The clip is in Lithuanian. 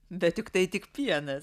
bet juk tai tik pienas